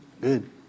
Good